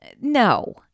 No